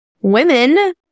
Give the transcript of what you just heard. women